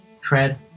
tread